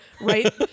right